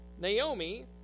Naomi